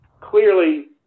clearly